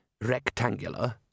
rectangular